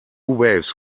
waves